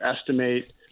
estimate